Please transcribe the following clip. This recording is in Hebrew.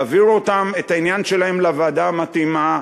להעביר את העניין שלהם לוועדה המתאימה,